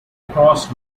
cross